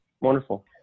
Wonderful